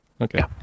okay